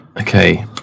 Okay